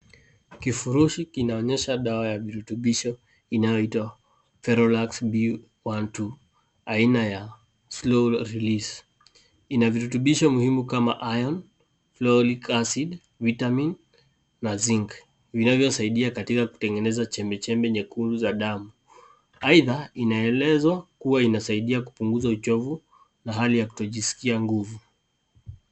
Kifurushi kinaonyesha dawa ya virutubisho inayoitwa Ferolax B12, aina ya slow release . Ina virutubisho muhimu kama iron, folic acid, vitamin na zinc vinavyosaidia katika kutengeneza chembechembe nyekundu za damu. Aidha, inaelezwa kuwa inasiadia kupunguza uchovu na hali ya kutojiskia nguvu.